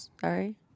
sorry